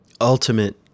ultimate